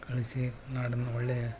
ಕಲಿಸಿ ನಾಡನ್ನು ಒಳ್ಳೆಯ